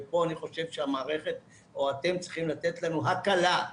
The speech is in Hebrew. ופה אני חושב שהמערכת או אתם צריכים לתת לנו הקלה.